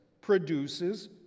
produces